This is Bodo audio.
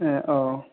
ए औ